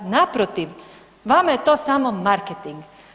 Naprotiv, vama je to samo marketing.